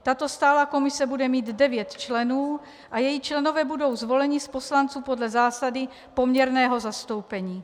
Tato stálá komise bude mít devět členů a její členové budou zvoleni z poslanců podle zásady poměrného zastoupení.